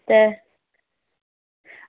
ते